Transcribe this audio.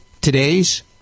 today's